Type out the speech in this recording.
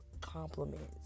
compliments